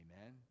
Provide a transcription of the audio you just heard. Amen